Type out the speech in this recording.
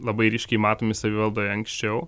labai ryškiai matomi savivaldoje anksčiau